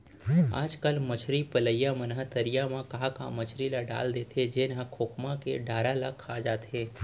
आजकल मछरी पलइया मन ह तरिया म का का मछरी ल डाल देथे जेन ह खोखमा के डारा ल खा जाथे